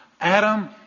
Adam